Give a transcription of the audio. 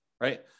right